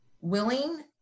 willing